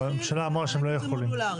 אבל הממשלה אמרה שהם לא יכולים.